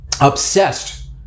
obsessed